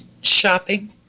shopping